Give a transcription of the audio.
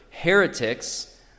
heretics